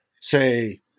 Say